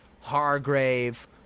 Hargrave